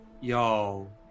Y'all